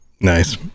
nice